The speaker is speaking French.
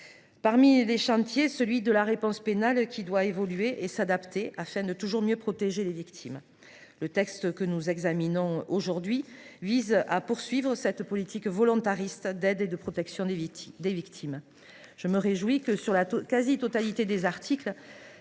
de ces chantiers. Elle doit en effet évoluer et s’adapter afin de toujours mieux protéger les victimes. Le texte que nous examinons aujourd’hui vise à prolonger cette politique volontariste d’aide et de protection des victimes. Je me réjouis que, sur la quasi totalité des articles,